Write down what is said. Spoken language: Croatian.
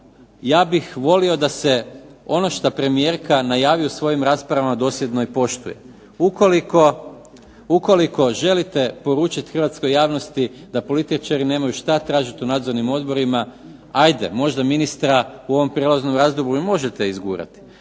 ja bih volio da se ono što premijerka najavi u svojim rasprava dosljedno i poštuje. Ukoliko želite poručiti hrvatskoj javnosti da političari nemaju šta tražiti u nadzornim odborima, hajde možda ministra u ovom prijelaznom razdoblju i možete izgurati.